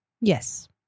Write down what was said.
Yes